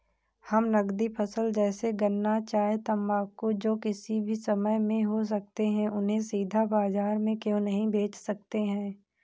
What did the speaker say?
हम नगदी फसल जैसे गन्ना चाय तंबाकू जो किसी भी समय में हो सकते हैं उन्हें सीधा बाजार में क्यो नहीं बेच सकते हैं?